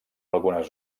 algunes